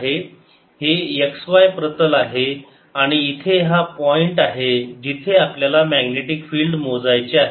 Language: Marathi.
हे x y प्रतल आहे आणि इथे हा पॉईंट आहे जिथे आपल्याला मॅग्नेटिक फिल्ड मोजायचे आहे